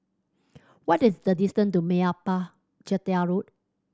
what is the distant to Meyappa Chettiar Road